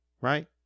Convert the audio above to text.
right